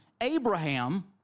Abraham